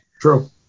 True